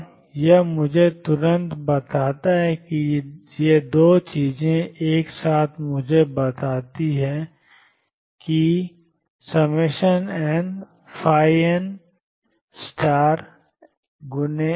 और यह मुझे तुरंत बताता है कि ये 2 चीजें एक साथ मुझे बताती हैं कि nnxnxδx x